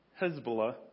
Hezbollah